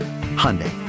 Hyundai